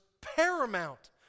paramount